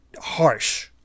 harsh